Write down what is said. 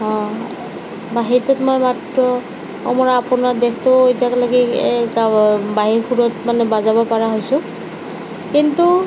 বাঁহীটোত মই মাত্ৰ অ মোৰ আপোনাৰ দেশ টো এতিয়ালৈকে এ গাব বাঁহীৰ সুৰত মানে বজাব পৰা হৈছোঁ কিন্তু